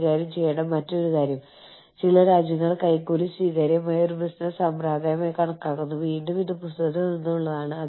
ആവശ്യമുള്ള സ്റ്റാൻഡേർഡൈസേഷന്റെയും കേന്ദ്രീകരണത്തിന്റെയും അളവ് സ്വീകാര്യമായ അല്ലെങ്കിൽ ആവശ്യമായ പ്രാദേശികവൽക്കരണത്തിന്റെയും വികേന്ദ്രീകരണത്തിന്റെയും അളവ്